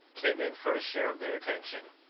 came in for a share of their attention.